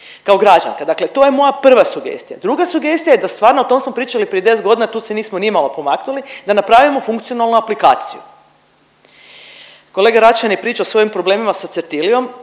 kao građanka, dakle to je moja prva sugestija. Druga sugestija je da stvarno, o tom smo pričali prije 10 godina tu se nismo nimalo pomaknuli da napravimo funkcionalnu aplikaciju. Kolega Račan je pričao o svojim problema sa Certiliom,